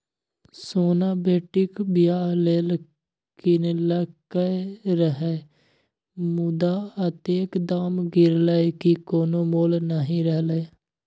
सोना बेटीक बियाह लेल कीनलकै रहय मुदा अतेक दाम गिरलै कि कोनो मोल नहि रहलै